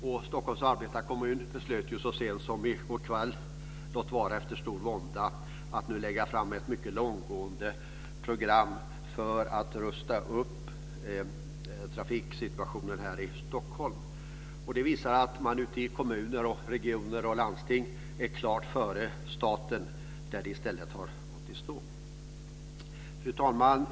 Och Stockholms arbetarekommun beslutade ju så sent som i går kväll, låt vara efter stor vånda, att nu lägga fram ett mycket långtgående program för att förbättra trafiksituationen här i Stockholm. Det visar att man ute i kommuner, regioner och landsting är klart före staten, där det i stället har gått i stå. Fru talman!